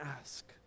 ask